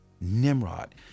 Nimrod